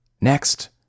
Next